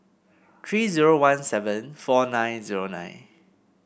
three zero one seven four nine zero nine